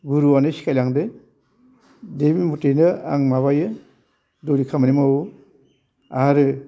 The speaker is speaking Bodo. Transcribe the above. गुरुवानो सिखाइलांदो दे बे मथेनो आं माबायो दौरि खामानि मावो आरो